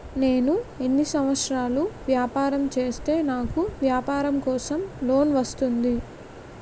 నేను ఎన్ని సంవత్సరాలు వ్యాపారం చేస్తే నాకు వ్యాపారం కోసం లోన్ వస్తుంది?